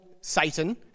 Satan